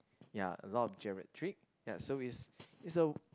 ya a lot of geriatric ya so is it's a